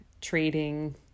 trading